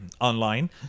Online